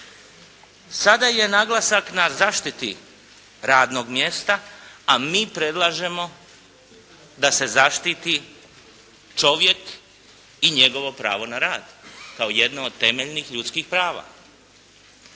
Sada je naglasak na zaštiti radnog mjesta, a mi predlažemo da se zaštiti čovjek i njegovo pravo na rad kao jedno od temeljnih ljudskih prava.